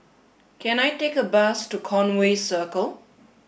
can I take a bus to Conway Circle